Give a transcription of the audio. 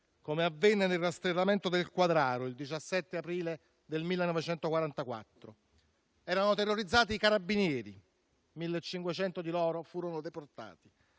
come avvenne nel rastrellamento del Quadraro il 17 aprile del 1944. Erano terrorizzati i Carabinieri: 1.500 di loro furono deportati.